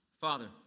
father